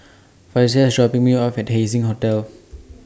Frazier IS dropping Me off At Haising Hotel